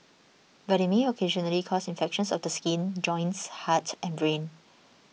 but they may occasionally cause infections of the skin joints heart and brain